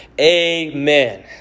Amen